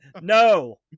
No